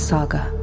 Saga